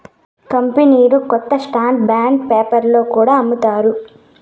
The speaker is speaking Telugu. కంపెనీలు కొత్త స్టాక్ బాండ్ పేపర్లో కూడా అమ్ముతారు